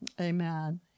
Amen